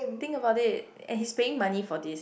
think about it and he's paying money for this